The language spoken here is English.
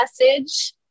message